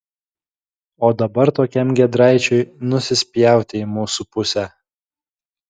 o dabar tokiam giedraičiui nusispjauti į mūsų pusę